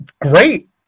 great